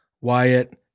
Wyatt